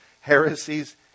heresies